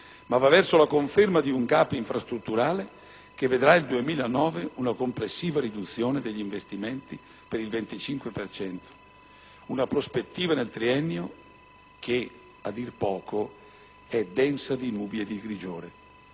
ma va verso la conferma di un *gap* infrastrutturale che vedrà nel 2009 una complessiva riduzione degli investimenti del 25 per cento ed una prospettiva nel triennio che - a dir poco - è densa di nubi e di grigiore.